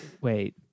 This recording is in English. wait